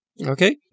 Okay